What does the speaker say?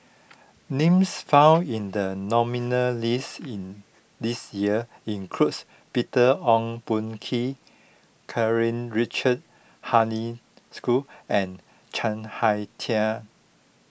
names found in the nominees' list in this year includes Peter Ong Boon Kwee Karl Richard Hanitsch and Chuang Hui Tsuan